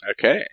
Okay